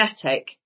genetic